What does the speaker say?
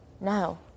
no